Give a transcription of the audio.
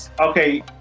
okay